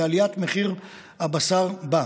ועליית מחיר הבשר בה.